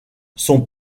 son